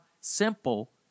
simple